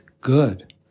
good